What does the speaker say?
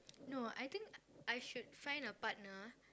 no I think I should find a partner